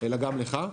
אלא גם לך.